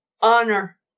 honor